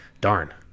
darn